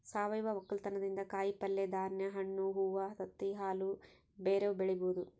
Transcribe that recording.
ಸಾವಯವ ವಕ್ಕಲತನದಿಂದ ಕಾಯಿಪಲ್ಯೆ, ಧಾನ್ಯ, ಹಣ್ಣು, ಹೂವ್ವ, ತತ್ತಿ, ಹಾಲು ಬ್ಯೆರೆವು ಬೆಳಿಬೊದು